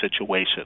situation